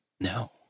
no